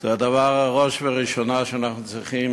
זה הדבר שבראש ובראשונה אנחנו צריכים